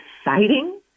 exciting